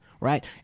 Right